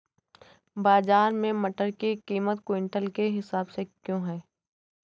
बाजार में मटर की कीमत क्विंटल के हिसाब से क्यो है?